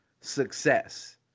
success